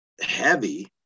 heavy